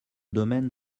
domaine